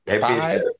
Five